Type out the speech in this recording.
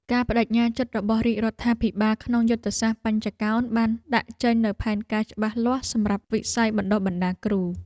ការប្តេជ្ញាចិត្តរបស់រាជរដ្ឋាភិបាលក្នុងយុទ្ធសាស្ត្របញ្ចកោណបានដាក់ចេញនូវផែនការច្បាស់លាស់សម្រាប់វិស័យបណ្តុះបណ្តាលគ្រូ។